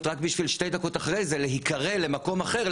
רק בשביל שתי דקות אחרי זה להיקרא למקום אחר,